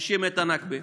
מכחישים את הנכבה,